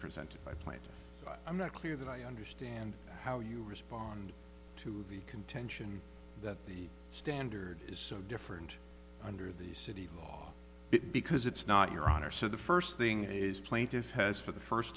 presented by plant i'm not clear that i understand how you respond to the contention that the standard is so different under the city law it because it's not your honor so the first thing is plaintiff has for the first